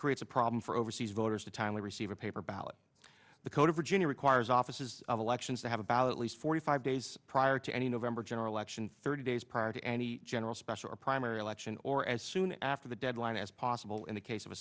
creates a problem for overseas voters to timely receive a paper ballot the code of virginia requires offices of elections to have about at least forty five days prior to any november general election thirty days prior to any general special or primary election or as soon after the deadline as possible in the case of a